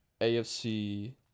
AFC